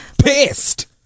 Pissed